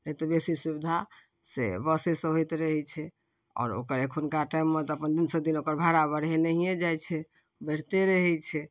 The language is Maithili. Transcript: नहि तऽ बेसी सुविधा से बसेसँ होइत रहै छै आओर ओकरा एखुनका टाइममे तऽ अपन दिनसँ दिन भाड़ा बढ़ेनैहे जाइ छै बढ़िते रहै छै